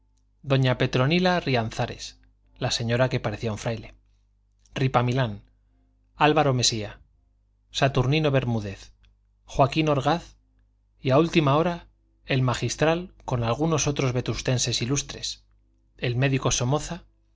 obdulia fandiño visitación doña petronila rianzares la señora que parecía un fraile ripamilán álvaro mesía saturnino bermúdez joaquín orgaz y a última hora el magistral con algunos otros vetustenses ilustres v gr el médico somoza